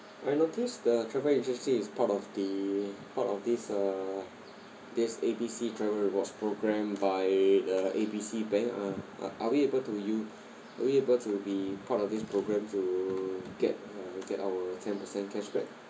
I notice the travel agency is part of the part of this uh this A B C travel rewards programme by the A B C bank ah uh are we able to you are we able to be part of this programme to get get our ten percent cashback